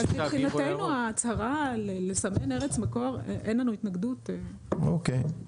מבחינתנו, אין לנו התנגדות לסמן ארץ מקור.